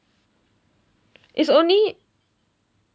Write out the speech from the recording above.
it's only